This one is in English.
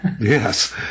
Yes